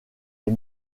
les